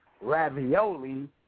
ravioli